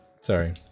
Sorry